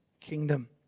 kingdom